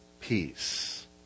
peace